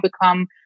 become